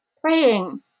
praying